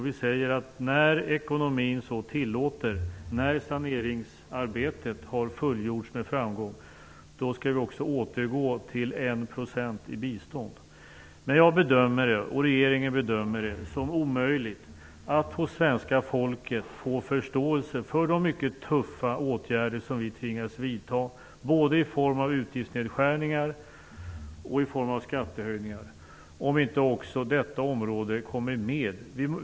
Vi säger: När ekonomin så tillåter, när saneringsarbetet har fullgjorts med framgång, skall vi också återgå till att ge Men jag bedömer det som omöjligt, och regeringen bedömer det som omöjligt, att hos svenska folket få förståelse för de mycket tuffa åtgärder som vi tvingas vidta, både i form av utgiftsnedskärningar och i form av skattehöjningar, om inte också detta område tas med.